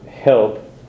help